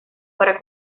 para